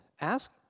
ask